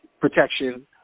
protection